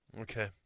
Okay